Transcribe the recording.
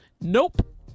Nope